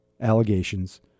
allegations